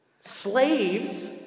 Slaves